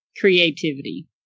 creativity